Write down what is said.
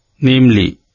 namely